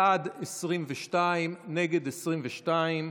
בעד, 22, נגד, 22,